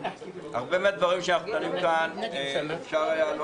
הרבה מהדברים שאנחנו דנים כאן אפשר היה לא